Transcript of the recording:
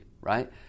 right